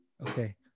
Okay